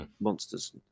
monsters